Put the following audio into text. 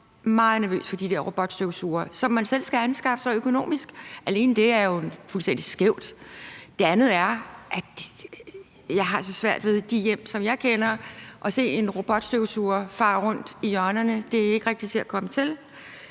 meget nervøs for de der robotstøvsugere, som man selv skal anskaffe sig og købe. Alene det er jo fuldstændig skævt. Noget andet er, at jeg har så svært ved at se en robotstøvsuger fare rundt i hjørnerne i de hjem, som jeg kender; det er ikke rigtig til at komme til.